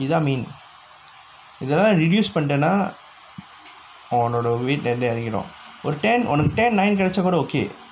இதா:ithaa main இதுலா நீ:ithulaa nee reduce பண்ணிட்டனா உன்னோட:pannittanaa unnoda weight வந்து இறங்கிடு ஒரு:vanthu iranggidu oru ten உனக்கு:unakku ten nine கிடைச்சா கூட:kidaichaa kuda okay